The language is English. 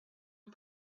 and